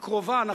היא קרובה.